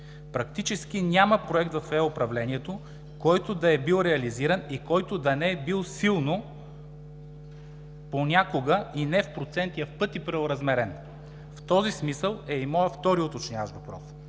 Практически няма проект в е управлението, който да е бил реализиран и който да не е бил силно, понякога не в проценти, а в пъти преоразмерен. В този смисъл е и моят втори уточняващ въпрос: